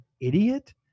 idiot